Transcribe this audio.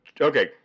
Okay